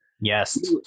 Yes